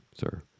sir